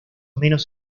menos